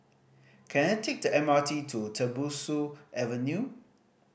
can I take the M R T to Tembusu Avenue